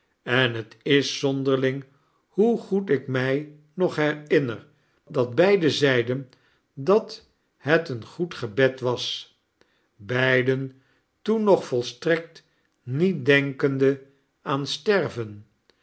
en t is zonderling hoe goed ik mij nog hetinner dat beiden zeiden dat het een goed gebed was bedd ni toeh nog volatrekt niet demkende aan